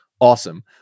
awesome